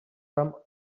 from